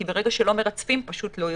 כי ברגע שלא מרצפים פשוט לא יודעים.